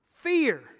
fear